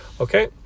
okay